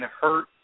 hurt